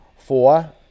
Four